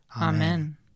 Amen